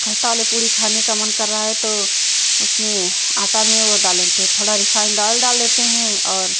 खस्ता वाले पूड़ी खाने के मन कर रहा है तो उसमें आटा में वह डाल लेते थोड़ा रिफाइन दाल डाल लेते हैं और